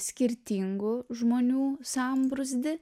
skirtingų žmonių sambrūzdį